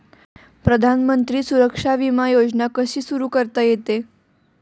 प्रधानमंत्री सुरक्षा विमा योजना कशी सुरू करता येते?